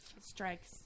strikes